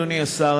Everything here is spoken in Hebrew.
אדוני השר,